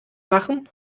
machen